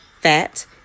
fat